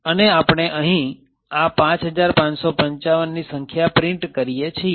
અને આપણે અહીં આ ૫૫૫૫ની સંખ્યા પ્રિન્ટ કરીએ છીએ